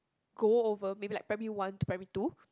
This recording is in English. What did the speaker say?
go over maybe like primary one to primary two